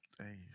Hey